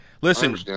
Listen